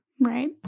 Right